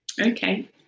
okay